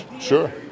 sure